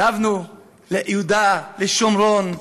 שבנו ליהודה, לשומרון.